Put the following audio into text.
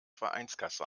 vereinskasse